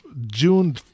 June